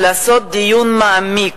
לעשות דיון מעמיק,